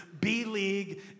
B-League